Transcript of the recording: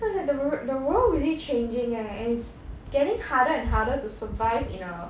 then it's like the really the world really changing eh and it's getting harder and harder to survive in a